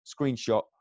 screenshot